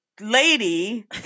lady